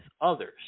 others